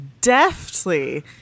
deftly